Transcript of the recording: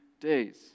days